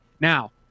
Now